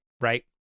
right